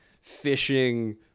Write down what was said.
fishing